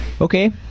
Okay